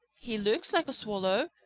he looks like a swallow,